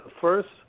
first